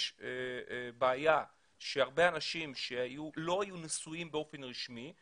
יש בעיה שהרבה אנשים שלא היו נשואים באופן רשמי,